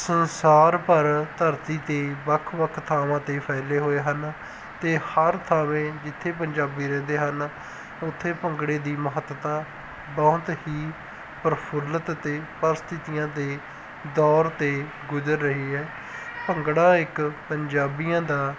ਸੰਸਾਰ ਭਰ ਧਰਤੀ 'ਤੇ ਵੱਖ ਵੱਖ ਥਾਵਾਂ 'ਤੇ ਫੈਲੇ ਹੋਏ ਹਨ ਅਤੇ ਹਰ ਥਾਂ 'ਤੇ ਜਿੱਥੇ ਪੰਜਾਬੀ ਰਹਿੰਦੇ ਹਨ ਉੱਥੇ ਭੰਗੜੇ ਦੀ ਮਹੱਤਤਾ ਬਹੁਤ ਹੀ ਪ੍ਰਫੁੱਲਿਤ ਅਤੇ ਪ੍ਰਸਥਿਤੀਆਂ ਦੇ ਦੌਰ ਤੋਂ ਗੁਜਰ ਰਹੀ ਹੈ ਭੰਗੜਾ ਇੱਕ ਪੰਜਾਬੀਆਂ ਦਾ